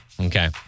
Okay